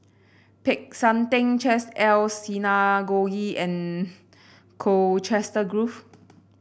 Peck San Theng Chesed El Synagogue and Colchester Grove